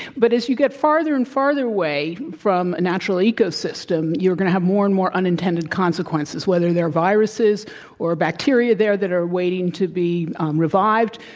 but as you get farther and farther away from a natural ecosystem, you're going to have more and more unintended consequences, whether they're viruses or bacteria there that are waiting to be revived,